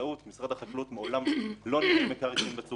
משרד החקלאות מעולם לא ניהל את המקרקעין בצורה הזו,